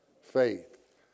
faith